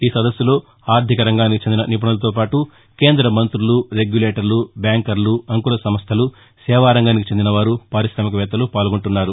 ఈ సదస్సులో ఆర్దిక రంగానికి చెందిన నిపుణులతో పాటు కేంద మంతులు రెగ్యులేటర్లు బ్యాంకర్లు అంకుర సంస్దలు సేవారంగానికి చెందినవారు పార్కామిక వేత్తలు పాల్గొంటారు